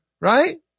Right